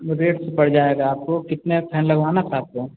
rate पड़ जाएगा आपको कितने फैन लगवाना था आपको